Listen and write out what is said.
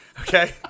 Okay